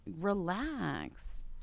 relax